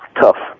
tough